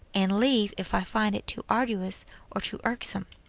and leave if i find it too arduous or too irksome.